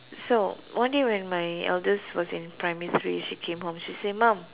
so one day when my eldest was in primary three she came home she said mum